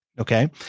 Okay